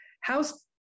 how's